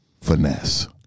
Finesse